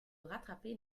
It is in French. rattraper